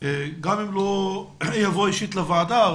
גם אם הוא לא יבוא אישית לוועדה,